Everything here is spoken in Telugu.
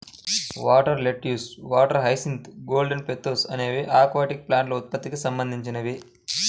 water lettuce, water hyacinth, golden pothos అనేవి ఆక్వాటిక్ ప్లాంట్ల ఉత్పత్తికి సంబంధించినవి